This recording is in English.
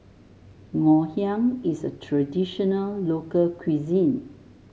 Ngoh Hiang is a traditional local cuisine